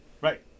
Right